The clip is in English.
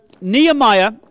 Nehemiah